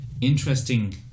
Interesting